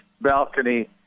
balcony